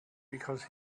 because